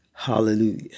Hallelujah